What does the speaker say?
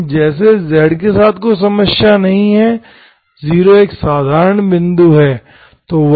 लेकिन जैसे z के साथ कोई समस्या नहीं है 0 एक साधारण बिंदु है